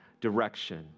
direction